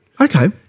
Okay